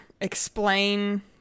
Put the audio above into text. explain